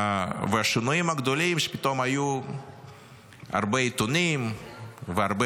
והשינויים הגדולים, שפתאום היו הרבה עיתונים והרבה